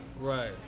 Right